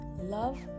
love